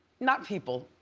not people,